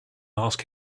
ask